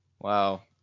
Wow